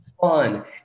fun